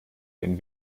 wenn